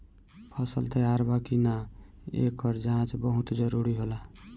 फसल तैयार बा कि ना, एकर जाँच बहुत जरूरी होला